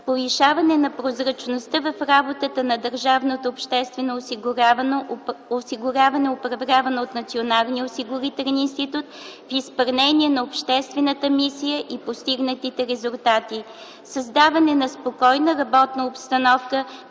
Повишаване на прозрачността в работата на Държавното обществено осигуряване, управлявано от Националния осигурителен институт и изпълнение на обществената мисия и постигнатите резултати. Създаване на спокойна работна обстановка,